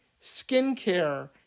skincare